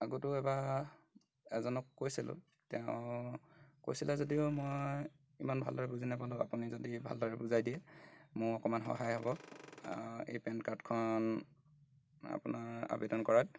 আগতেও এবাৰ এজনক কৈছিলোঁ তেওঁ কৈছিলে যদিও মই ইমান ভালদৰে বুজি নাপালোঁ আপুনি যদি ভালদৰে বুজাই দিয়ে মোৰ অকণমান সহায় হ'ব এই পেন কাৰ্ডখন আপোনাৰ আবেদন কৰাত